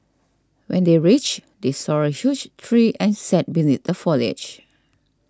when they reached they saw a huge tree and sat beneath the foliage